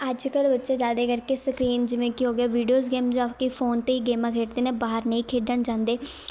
ਅੱਜ ਕੱਲ੍ਹ ਬੱਚੇ ਜ਼ਿਆਦਾ ਕਰਕੇ ਸਕਰੀਨ ਜਿਵੇਂ ਕਿ ਹੋ ਗਿਆ ਵੀਡੀਓਜ਼ ਗੇਮ ਜਾਂ ਕਿ ਫ਼ੋਨ 'ਤੇ ਹੀ ਗੇਮਾਂ ਖੇਡਦੇ ਨੇ ਬਾਹਰ ਨਹੀਂ ਖੇਡਣ ਜਾਂਦੇ